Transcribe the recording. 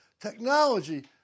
Technology